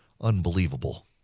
Unbelievable